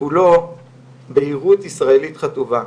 שכולו בהירות ישראלית חטובה?